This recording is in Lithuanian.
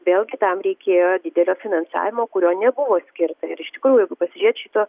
vėlgi tam reikėjo didelio finansavimo kurio nebuvo skirta ir iš tikrųjų jeigu pasižiūrėt šito